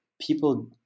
people